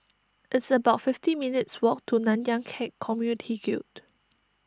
it's about fifty minutes' walk to Nanyang Khek Community Guild